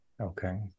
Okay